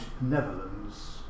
Netherlands